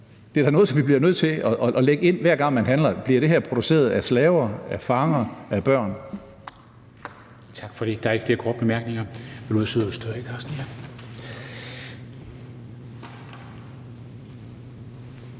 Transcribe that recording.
det er da noget, som vi bliver nødt til at lægge ind, hver gang vi handler: Bliver det her produceret af slaver, af fanger, af børn? Kl. 20:13 Formanden